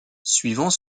suivant